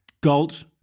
Galt